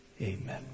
Amen